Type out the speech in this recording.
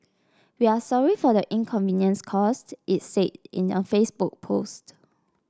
we are sorry for the inconvenience caused it said in a Facebook post